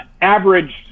averaged